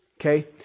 Okay